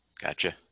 Gotcha